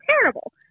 terrible